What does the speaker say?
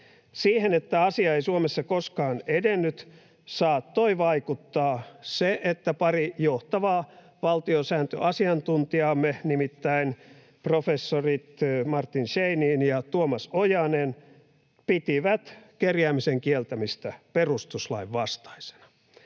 Siihen, että asia ei Suomessa koskaan edennyt, saattoi vaikuttaa se, että pari johtavaa valtiosääntöasiantuntijaamme, nimittäin professorit Martin Scheinin ja Tuomas Ojanen, pitivät kerjäämisen kieltämistä perustuslain vastaisena.